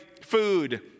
food